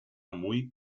muy